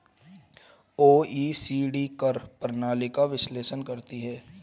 OECD कर प्रणाली का विश्लेषण करती हैं